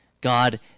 God